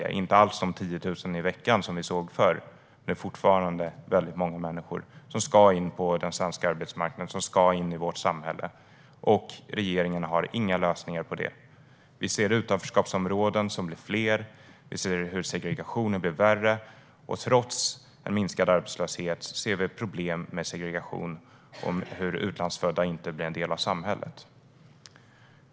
Det är inte alls de 10 000 i veckan som vi såg förr, men det är fortfarande många människor som ska in på den svenska arbetsmarknaden och komma in i vårt samhälle. Regeringen har inga lösningar. Utanförskapsområdena blir fler, och segregationen blir värre. Trots en minskad arbetslöshet ser vi problem med segregation så att utlandsfödda inte blir en del av samhället.